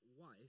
wife